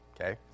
Okay